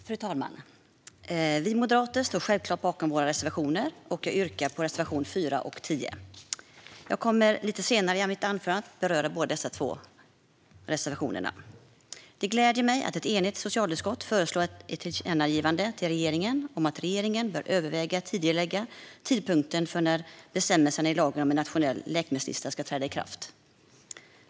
Fru talman! Vi moderater står självklart bakom våra reservationer, och jag yrkar bifall till reservationerna 4 och 10. Jag kommer lite senare i mitt anförande att beröra båda dessa reservationer. Det gläder mig att ett enigt socialutskott föreslår ett tillkännagivande till regeringen om att regeringen bör överväga att tidigarelägga tidpunkten för när bestämmelserna i lagen om en nationell läkemedelslista ska träda i kraft.